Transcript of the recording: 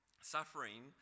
Suffering